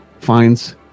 finds